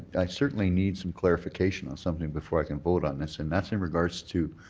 i certainly need some clarification on something before i can vote on this. and that's and regard to.